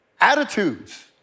attitudes